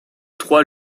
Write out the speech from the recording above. trois